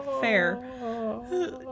fair